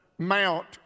Mount